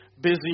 busy